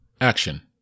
action